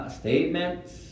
statements